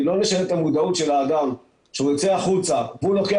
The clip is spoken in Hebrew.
כי אם לא נשנה את המודעות של האדם שיוצא החוצה ולוקח